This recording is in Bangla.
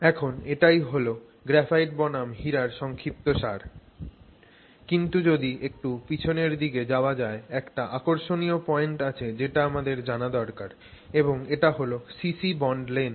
এখন এটাই হল গ্রাফাইট বনাম হীরার সংক্ষিপ্তসার কিন্তু যদি একটু পিছনের দিকে যাওয়া যায় একটা আকর্ষনীয় পয়েন্ট আছে যেটা আমাদের জানা দরকার এবং এটা হল cc বন্ড লেংথ